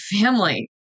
family